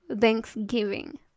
Thanksgiving